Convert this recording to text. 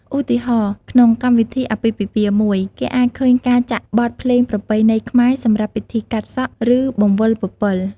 ឧទាហរណ៍ ក្នុងកម្មវិធីអាពាហ៍ពិពាហ៍មួយ គេអាចឃើញការចាក់បទភ្លេងប្រពៃណីខ្មែរសម្រាប់ពិធីកាត់សក់ ឬបង្វិលពពិល។